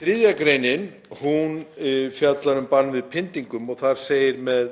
3. gr. fjallar um bann við pyndingum og þar segir, með